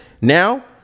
now